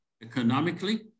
economically